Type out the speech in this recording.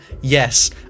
Yes